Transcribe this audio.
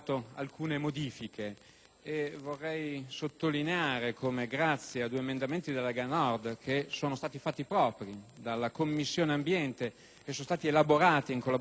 Vorrei sottolineare come grazie a due emendamenti delle Lega Nord, che sono stati fatti propri dalla Commissione ambiente e sono stati elaborati in collaborazione con il Ministero,